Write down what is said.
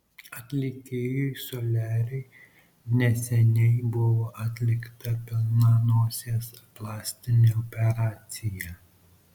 atlikėjui soliariui neseniai buvo atlikta pilna nosies plastinė operacija